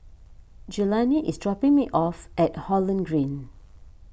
Jelani is dropping me off at Holland Green